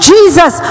Jesus